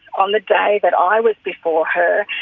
on the day that i was before her,